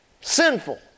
Sinful